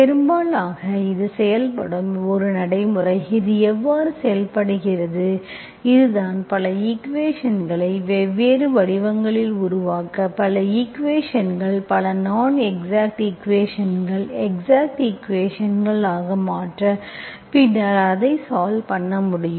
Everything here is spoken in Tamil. பெரும்பாலான இது செயல்படும் ஒரு நடைமுறை இது எவ்வாறு செயல்படுகிறது இதுதான் பல ஈக்குவேஷன்ஸ்களை வெவ்வேறு வடிவங்களில் உருவாக்க பல ஈக்குவேஷன்ஸ்கள் பல நான்எக்ஸாக்ட் ஈக்குவேஷன்ஸ்கள் எக்ஸாக்ட் ஈக்குவேஷன்ஸ்ஆக மாற்ற பின்னர் அதை சால்வ் பண்ண முடியும்